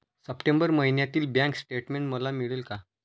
September महिन्यातील bank statement मला मिळेल का?